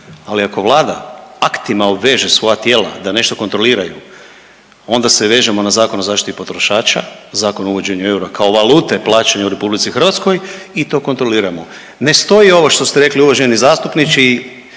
ali ako Vlada aktima obveže svoja tijela da nešto kontroliraju onda se vežemo na Zakon o zaštiti potrošača, Zakon o uvođenju eura kao valute plaćanja u RH i to kontroliramo. Ne stoji ovo što ste rekli uvaženi zastupniče